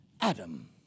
Adam